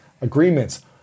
agreements